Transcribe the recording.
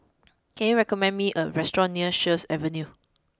can you recommend me a restaurant near Sheares Avenue